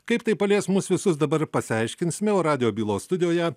kaip tai palies mus visus dabar ir pasiaiškinsime o radijo bylos studijoje